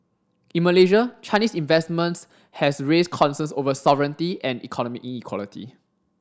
in Malaysia Chinese investments has raised concerns over sovereignty and economic inequality